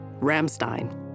Ramstein